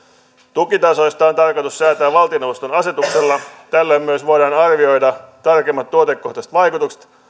tukitasoista on tarkoitus säätää valtioneuvoston asetuksella tällöin voidaan myös arvioida tarkemmat tuotekohtaiset vaikutukset